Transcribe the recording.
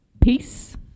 Peace